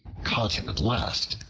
caught him at last,